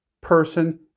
person